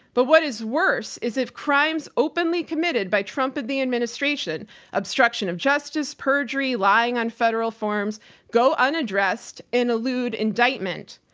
but what is worse is if crimes openly committed by trump and the administration obstruction of justice, perjury, lying on federal forms go unaddressed and elude indictment.